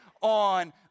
on